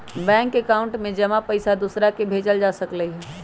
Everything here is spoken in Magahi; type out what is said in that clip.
बैंक एकाउंट में जमा पईसा दूसरा के भेजल जा सकलई ह